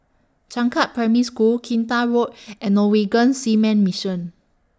Changkat Primary School Kinta Road and Norwegian Seamen's Mission